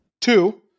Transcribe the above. Two